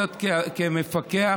כמפקח,